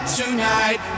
tonight